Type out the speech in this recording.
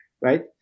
Right